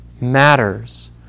matters